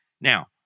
Now